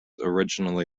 literally